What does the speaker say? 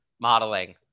modeling